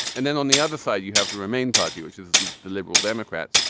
and then on the other side you have the remain party which is the liberal democrats.